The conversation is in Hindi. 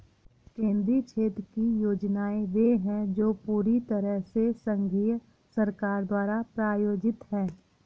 केंद्रीय क्षेत्र की योजनाएं वे है जो पूरी तरह से संघीय सरकार द्वारा प्रायोजित है